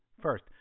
First